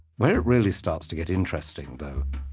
where it really starts to get interesting, though,